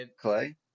clay